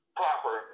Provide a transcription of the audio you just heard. proper